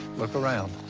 look around.